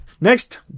Next